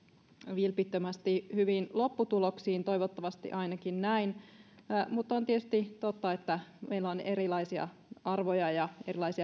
vilpittömästi hyviin lopputuloksiin toivottavasti ainakin mutta on tietysti totta että meillä on erilaisia arvoja ja erilaisia